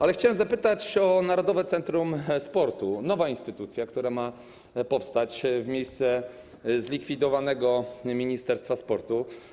Ale chciałem zapytać o Narodowe Centrum Sportu, nową instytucję, która ma powstać w miejsce zlikwidowanego Ministerstwa Sportu.